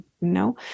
no